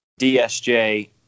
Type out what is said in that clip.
DSJ